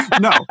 No